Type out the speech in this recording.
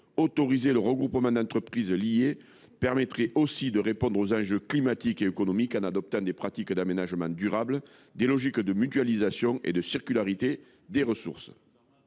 Autoriser le regroupement d’entreprises liées permettrait aussi de répondre aux enjeux climatiques et économiques, en adoptant des pratiques d’aménagement durables et des logiques de mutualisation et de circularité des ressources.